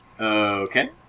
Okay